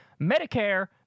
Medicare